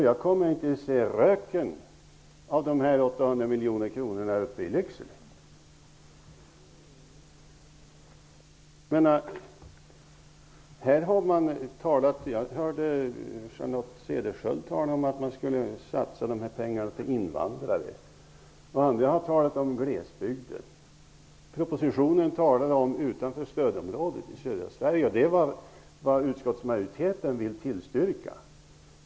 Jag kommer inte att se röken av dessa pengar uppe i Jag hörde Charlotte Cederschiöld tala om att man skulle satsa dessa pengar på invandrare. Andra har talat om glesbygden. I propositionen talas det om södra Sverige utanför stödområdet. Det är vad utskottsmajoriteten vill tillstyrka.